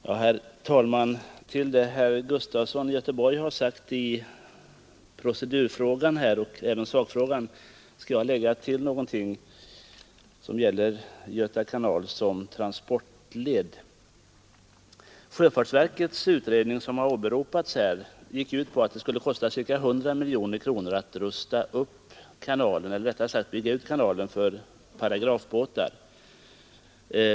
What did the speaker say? Herr talman! Till det herr Gustafson i Göteborg sagt i procedurfrågan och även i sakfrågan vill jag lägga några synpunkter som gäller Göta kanal såsom transportled. Sjöfartsverkets utredning som åberopats här gick ut på att en utbyggnad av kanalen för paragrafbåtar skulle kosta ca 100 miljoner kronor.